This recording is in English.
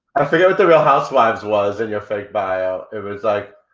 i forget what the real housewives was in your fake bio, it was like.